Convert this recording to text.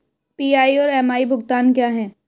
PI और MI भुगतान क्या हैं?